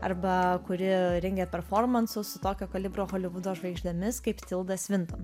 arba kuri rengia performansus su tokio kalibro holivudo žvaigždėmis kaip tilda svinton